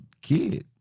kid